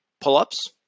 pull-ups